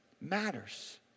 matters